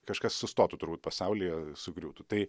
kažkas sustotų turbūt pasaulyje sugriūtų tai